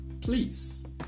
Please